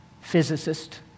physicist